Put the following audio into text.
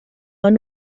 man